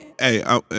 Hey